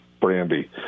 Brandy